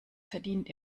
verdient